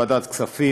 כנסת נכבדה,